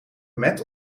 met